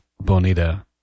Bonita